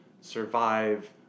survive